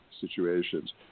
situations